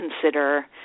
consider